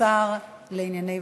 השר לענייני ותיקים.